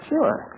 Sure